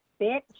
bitch